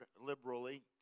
liberally